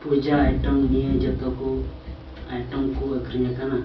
ᱯᱩᱡᱟ item ᱱᱤᱭᱟᱹ ᱡᱚᱛᱚ ᱠᱚ ᱟᱭᱴᱮᱢ ᱠᱚ ᱟᱹᱠᱷᱨᱤᱧ ᱟᱠᱟᱱᱟ